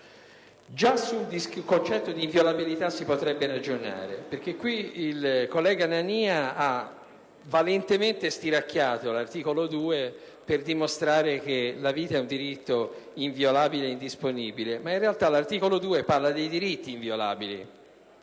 Già sul concetto di inviolabilità si potrebbe ragionare, perché qui il collega Nania ha valentemente "stiracchiato" l'articolo 2 per dimostrare che la vita è un diritto inviolabile e indisponibile; ma in realtà l'articolo 2 parla dei diritti inviolabili,